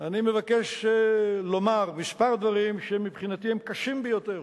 אני מבקש לומר מספר דברים שמבחינתי הם קשים ביותר.